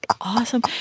awesome